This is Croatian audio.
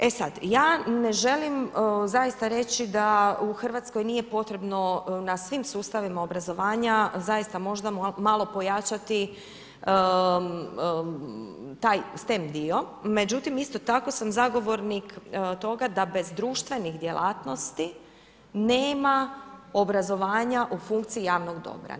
E sad, ja ne želim zaista reći da u Hrvatskoj nije potrebno na svim sustavima obrazovanja možda malo pojačati taj STEM dio, međutim isto tako sam zagovornik toga da bez društvenih djelatnosti nema obrazovanja u funkciji javnog dobra.